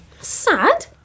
Sad